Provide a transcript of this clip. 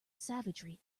savagery